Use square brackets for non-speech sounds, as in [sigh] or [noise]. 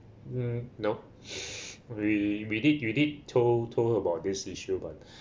mm no [breath] we we did we did told her about this issue but